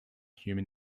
human